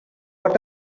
what